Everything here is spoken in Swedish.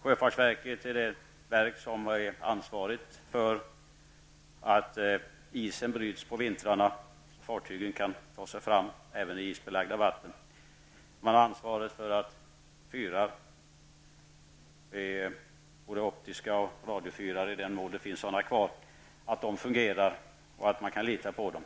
Sjöfartsverket är det verk som är ansvarigt för att isen bryts på vintrarna så att fartygen kan ta sig fram även i isbelagda vatten. Sjöfartsverket har ansvaret för att fyrar -- både optiska och radiofyrar, i den mån det finns sådana kvar -- fungerar och att man kan lita på dem.